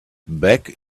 back